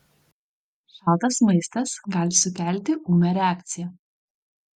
šaltas maistas gali sukelti ūmią reakciją